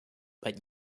but